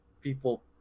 people